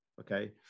okay